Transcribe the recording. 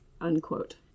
Unquote